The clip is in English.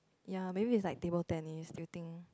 ya maybe is like table tennis do you think